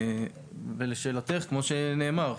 לשאלתך, כמו שנאמר,